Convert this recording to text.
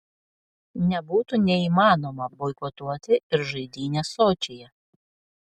nebūtų neįmanoma boikotuoti ir žaidynes sočyje